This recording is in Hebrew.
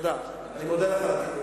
תודה, אני מודה לך על התיקון.